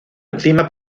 enzima